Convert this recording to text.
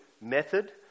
method